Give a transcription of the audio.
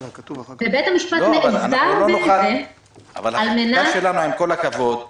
החקיקה שלנו, עם כל הכבוד,